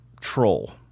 troll